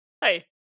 Hey